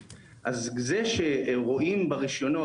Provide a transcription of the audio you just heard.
אז הוא אמר שהייבוא זמני ומאז יש היצף בישראל?